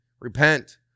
repent